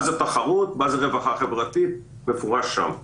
מה זה תחרות, מה זה רווחה חברתית מקורה שם.